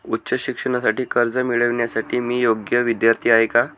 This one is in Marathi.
उच्च शिक्षणासाठी कर्ज मिळविण्यासाठी मी योग्य विद्यार्थी आहे का?